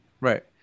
Right